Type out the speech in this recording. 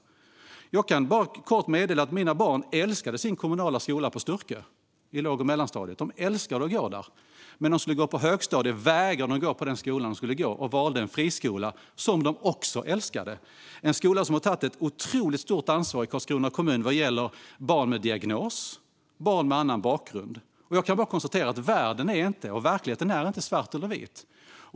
Jag kan bara kort meddela att mina barn älskade sin kommunala låg och mellanstadieskola på Sturkö. De älskade att gå där. Men när de skulle gå i högstadiet vägrade de att gå i den skola de skulle ha gått i och valde i stället en friskola - som de också älskade. Det är en skola som har tagit ett otroligt stort ansvar i Karlskrona kommun vad gäller barn med diagnos och barn med annan bakgrund. Jag kan bara konstatera att världen och verkligheten inte är svart eller vit.